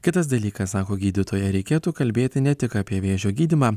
kitas dalykas sako gydytoja reikėtų kalbėti ne tik apie vėžio gydymą